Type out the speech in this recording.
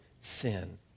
sin